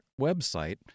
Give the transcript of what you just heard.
website